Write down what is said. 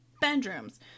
bedrooms